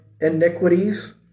iniquities